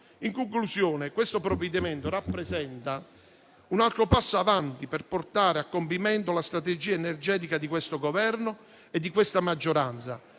In conclusione, il provvedimento in esame rappresenta un altro passo avanti per portare a compimento la strategia energetica di questo Governo e di questa maggioranza